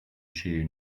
shoe